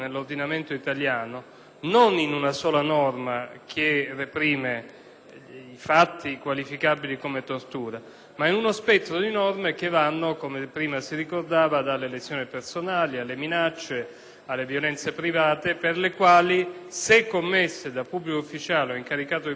fatti qualificabili come tortura, ma di uno spettro di norme che vanno, come prima si ricordava, dalle lesioni personali alle minacce, alle violenze private, per le quali, se commesse dal pubblico ufficiale o dall'incaricato di pubblico, è prevista anche una specifica aggravante. L'ordine del giorno